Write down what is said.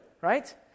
right